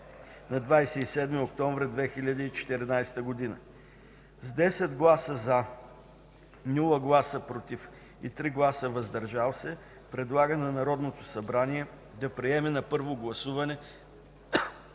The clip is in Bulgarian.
на 27 октомври 2014 г.; - с 10 гласа „за”, без „против” и 3 гласа „въздържали се”, предлага на Народното събрание да приеме на първо гласуване